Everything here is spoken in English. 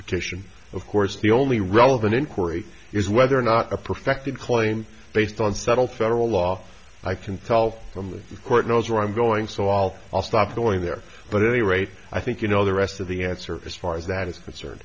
petition of course the only relevant inquiry is whether or not a perfected claim based on settled federal law i can tell from the court knows where i'm going so all i'll stop going there but any rate i think you know the rest of the answer as far as that is concerned